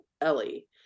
Ellie